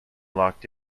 locked